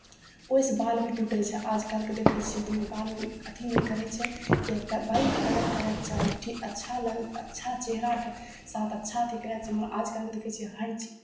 ओहिसँ बाल भी टूटै छै आजकलके देखै छियै कोनो बाल अथी नहि करै छै किएकि बालके कदर करयके चाही ठी अच्छा लागत अच्छा चेहराके साथ अच्छा अथी करयके छै आजकलके देखै छियै हर चि